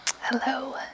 hello